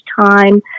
time